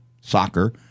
soccer